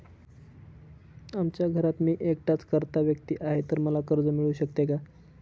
आमच्या घरात मी एकटाच कर्ता व्यक्ती आहे, तर मला कर्ज मिळू शकते का?